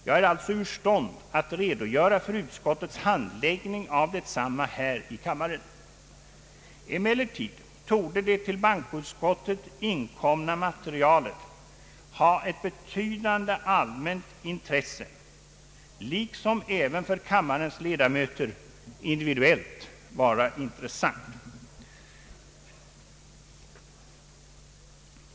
Jag är alltså ur stånd att redogöra för handläggningen av detsamma här i kammaren. Emellertid torde det till bankoutskottet inkomna materialet ha ett betydande allmänt intresse liksom även för kammarens ledamöter individuellt vara intressant.